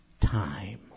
time